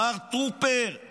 מר טרופר,